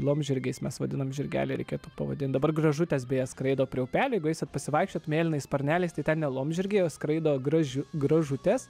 laumžirgiais mes vadiname žirgelį reikėtų pavadinti dabar gražutės beje skraido prie upelių jeigu eisit pasivaikščiot mėlynais sparneliais tai ten ne laumžirgiai skraido gražiu gražutės